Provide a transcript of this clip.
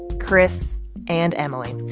chris and emily.